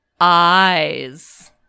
eyes